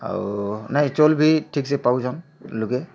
ଆଉ ଚଲ୍ବି ଠିକ୍ ବି ପାଉସନଁ ଲୋକେ